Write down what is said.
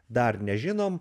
dar nežinom